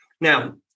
Now